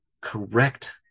correct